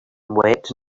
wept